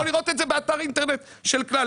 אתה יכול לראות את זה באתר אינטרנט של כלל.